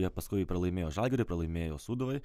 jie paskui pralaimėjo žalgiriui pralaimėjo sūduvai